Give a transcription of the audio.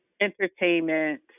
entertainment